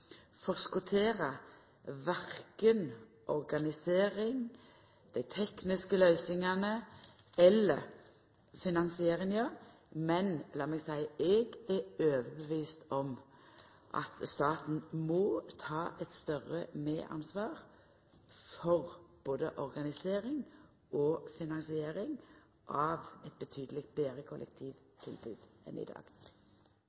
forskotera verken organisering, dei tekniske løysingane eller finansieringa, men lat meg seia: Eg er overbevist om at staten må ta eit større medansvar for både organisering og finansiering av eit betydeleg betre